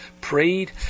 prayed